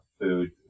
food